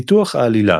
ניתוח העלילה